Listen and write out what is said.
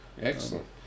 Excellent